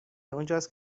اونجاست